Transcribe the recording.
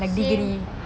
same